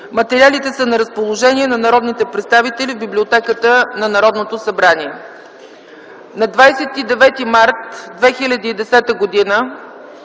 Материалите са на разположение на народните представители в библиотеката на Народното събрание. На 29 март 2010 г.